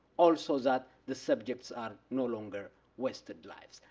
also that the subjects are no longer wasted lives.